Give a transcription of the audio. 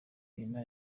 nyina